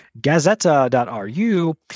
Gazeta.ru